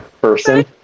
person